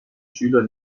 schüler